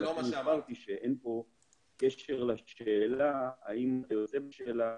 לכן הבהרתי שאין פה קשר לשאלה אם הוא יוצא בשאלה,